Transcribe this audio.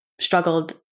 struggled